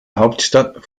hauptstadt